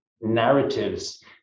narratives